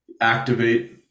activate